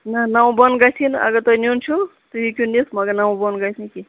نہَ نَو بۅن گژھِ نہٕ اَگر تُہۍ نِیُن چھُو تُہۍ ہیٚکِو نِتھ مَگر نَوٕ بۅن گژھِ نہٕ کیٚنٛہہ